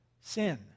sin